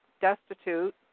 destitute